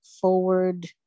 forward